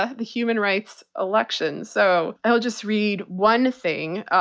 a human rights election. so i'll just read one thing,